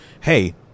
hey –